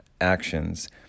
actions